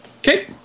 Okay